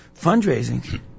fundraising